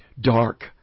dark